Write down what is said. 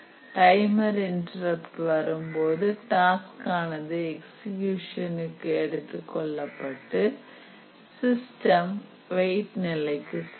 timer interrupt வரும்போது டாஸ்கானது எக்ஸிக்யூஷன்க்கு எடுத்துக்கொள்ளப்பட்டு சிஸ்டம் வெயிட் நிலைக்கு செல்லும்